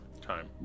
Time